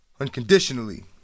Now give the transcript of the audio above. unconditionally